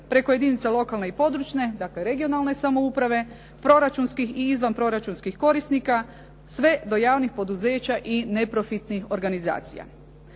preko jedinica lokalne i područne, dakle, regionalne samouprave, proračunskih i izvanproračunskih korisnika, sve do javnih poduzeća i neprofitnih organizacija.